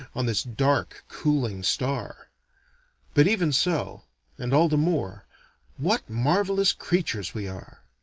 on this dark, cooling star but even so and all the more what marvelous creatures we are!